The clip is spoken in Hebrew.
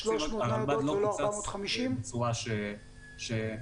תקציב הרלב"ד לא קוצץ בצורה שהראו.